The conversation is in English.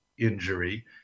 injury